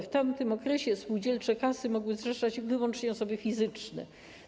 W tamtym okresie spółdzielcze kasy mogły zrzeszać wyłącznie osoby fizyczne.